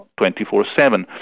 24-7